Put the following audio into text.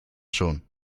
schon